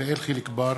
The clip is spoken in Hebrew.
יחיאל חיליק בר,